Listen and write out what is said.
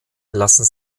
lassen